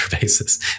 basis